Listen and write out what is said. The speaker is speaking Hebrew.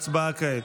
הצבעה כעת.